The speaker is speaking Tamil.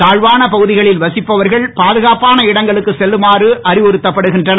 தாழ்வான பகுதிகளில் வசிப்பவர்கள் பாதுகாப்பான இடங்களுக்கு செல்லுமாறு அறிவுறுத்தப்படுகின்றனர்